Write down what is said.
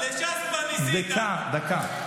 דקה, דקה.